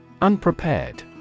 Unprepared